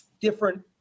different